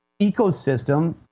ecosystem